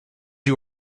you